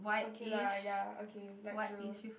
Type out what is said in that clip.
okay lah ya okay light blue